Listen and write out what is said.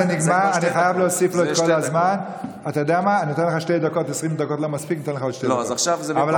זאת התשובה הטובה ביותר של